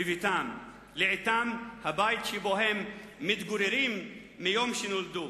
בביתם, לעתים הבית שבו הם מתגוררים מיום שנולדו.